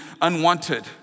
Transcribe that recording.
unwanted